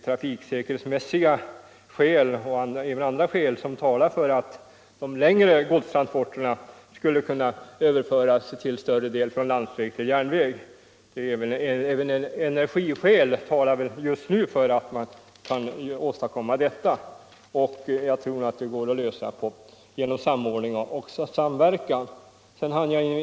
Trafiksäkerhetsmässiga och även andra skäl talar för att de längre godstransporterna till större delen bör överföras från landsväg till järnväg. Även encrgiskäl talar just nu för att detta bör åstadkommas. Det går nog att lösa problemen genom samordning och samverkan.